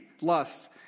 lust